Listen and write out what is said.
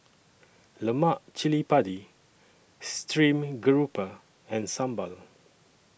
Lemak Sili Padi Stream Grouper and Sambal